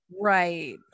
Right